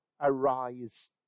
arise